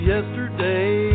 Yesterday